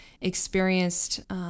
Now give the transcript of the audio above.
experienced